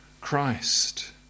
Christ